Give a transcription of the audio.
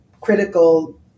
critical